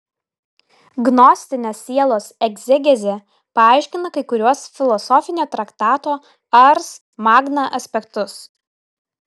gnostinė sielos egzegezė paaiškina kai kuriuos filosofinio traktato ars magna aspektus